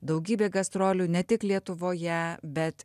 daugybė gastrolių ne tik lietuvoje bet